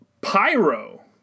Pyro